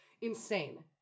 insane